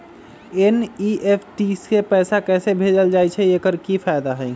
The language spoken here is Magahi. एन.ई.एफ.टी से पैसा कैसे भेजल जाइछइ? एकर की फायदा हई?